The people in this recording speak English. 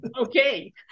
Okay